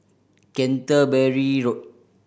Canterbury Road